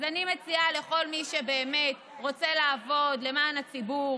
אני מציעה לכל מי שבאמת רוצה לעבוד למען הציבור